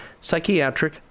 psychiatric